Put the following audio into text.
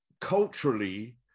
culturally